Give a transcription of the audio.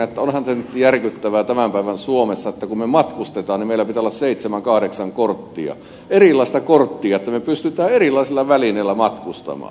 onhan se nyt järkyttävää tämän päivän suomessa että kun me matkustamme niin meillä pitää olla seitsemän kahdeksan korttia erilaista korttia että me pystymme erilaisilla välineillä matkustamaan